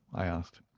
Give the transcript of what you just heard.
i asked.